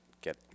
get